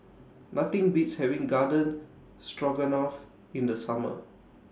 Nothing Beats having Garden Stroganoff in The Summer